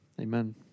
Amen